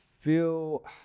feel